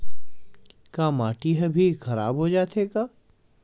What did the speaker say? का माटी ह भी खराब हो जाथे का?